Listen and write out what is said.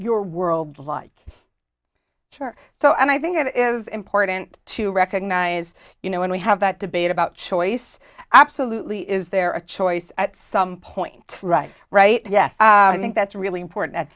your world like sure so and i think that it is important to recognize you know when we have that debate about choice absolutely is there a choice at some point right right yes i think that's really important